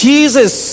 Jesus